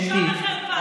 בושה וחרפה.